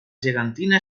gegantina